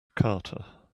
carter